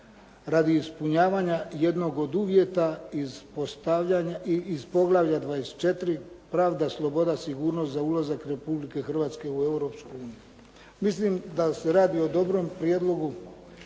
radi ispunjavanja jednog od uvjeta iz poglavlja 24. – Pravda, sloboda i sigurnost za ulazak Republike Hrvatske u Europsku uniju. Mislim da se radi o dobrom prijedlogu